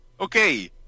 Okay